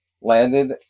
landed